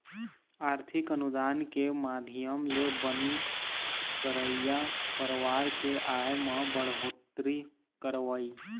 आरथिक अनुदान के माधियम ले बनी करइया परवार के आय म बड़होत्तरी करवई